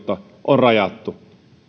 on rajattu